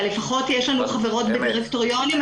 אבל לפחות יש לנו חברות בדירקטוריונים.